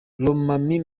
lomami